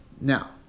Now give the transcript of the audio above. Now